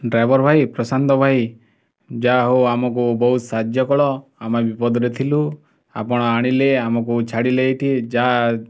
driver ଭାଇ ପ୍ରଶାନ୍ତ ଭାଇ ଯାହା ହଉ ଆମକୁ ବହୁତ ସାହାଯ୍ୟ କଲ ଆମେ ବିପଦରେ ଥିଲୁ ଆପଣ ଆଣିଲେ ଆମକୁ ଛାଡ଼ିଲେ ଏଇଠି ଯାହା